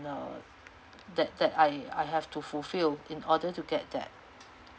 uh that that I I have to fulfill in order to get that